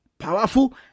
Powerful